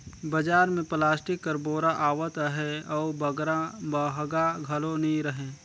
बजार मे पलास्टिक कर बोरा आवत अहे अउ बगरा महगा घलो नी रहें